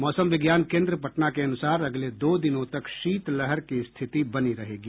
मौसम विज्ञान केंद्र पटना के अनुसार अगले दो दिनों तक शीतलहर की स्थिति बनी रहेगी